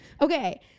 Okay